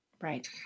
Right